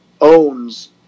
owns